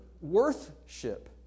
worship